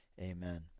Amen